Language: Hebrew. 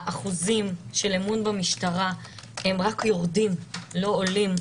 האחוזים של אמון במשטרה רק יורדים, לא עולים.